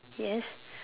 yes